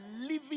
living